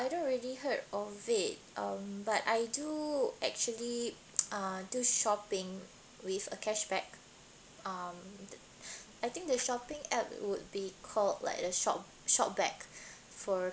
don't really heard of it but I do actually uh do shopping with a cashback um I think the shopping app would be called like the shop shopback for